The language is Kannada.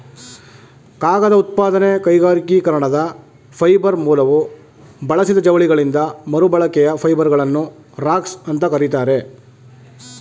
ಕಾಗದ ಉತ್ಪಾದನೆ ಕೈಗಾರಿಕೀಕರಣದ ಫೈಬರ್ ಮೂಲವು ಬಳಸಿದ ಜವಳಿಗಳಿಂದ ಮರುಬಳಕೆಯ ಫೈಬರ್ಗಳನ್ನು ರಾಗ್ಸ್ ಅಂತ ಕರೀತಾರೆ